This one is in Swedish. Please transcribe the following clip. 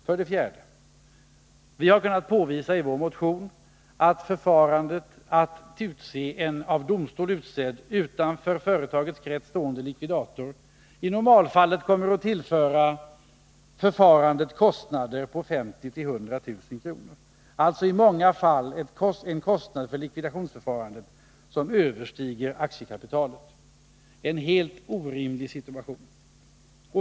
För det fjärde: Vi har i vår motion kunnat påvisa att förfarandet att en domstol skall utse en utanför företagets krets stående likvidator i normalfallet kommer att kosta 50 000-100 000 kr. I många fall skulle alltså kostnaden för likvidationsförfarandet överstiga aktiekapitalet — en helt orimlig situation.